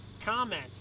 Comment